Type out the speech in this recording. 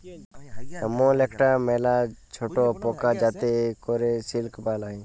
ইমল ইকটা ম্যালা ছট পকা যাতে ক্যরে সিল্ক বালাই